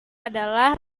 adalah